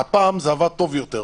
הפעם זה עבד טוב יותר.